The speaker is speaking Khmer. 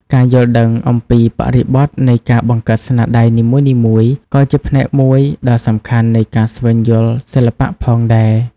ការយល់ដឹងអំពីបរិបទនៃការបង្កើតស្នាដៃនីមួយៗក៏ជាផ្នែកមួយដ៏សំខាន់នៃការស្វែងយល់សិល្បៈផងដែរ។